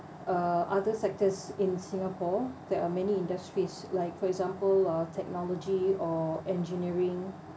uh other sectors in singapore there are many industries like for example uh technology or engineering